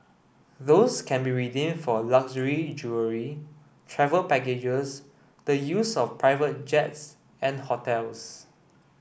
those can be redeemed for luxury jewellery travel packages the use of private jets and hotels